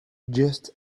just